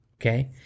Okay